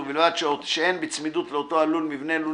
ובלבד שאין בצמידות לאותו הלול מבנה לול